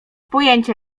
pojęcia